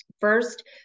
First